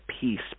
peace